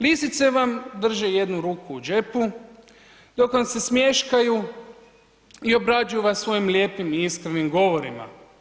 Lisice vam drže jednu ruku u džepu dok vam se smješkaju i obrađuju vas svojim lijepim i iskravim govorima.